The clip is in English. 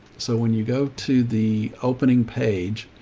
so when you go to the opening page,